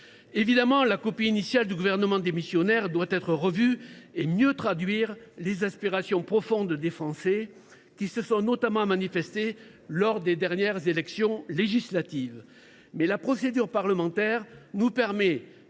Évidemment, la copie initiale du gouvernement démissionnaire doit être revue pour mieux traduire les aspirations profondes des Français, qui se sont notamment manifestées lors des dernières élections législatives. Toutefois, la procédure parlementaire permet